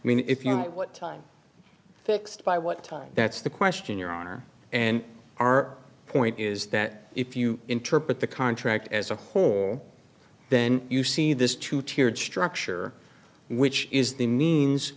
i mean if you know what time fixed by what time that's the question your honor and our point is that if you interpret the contract as a whole then you see this to teared structure which is the means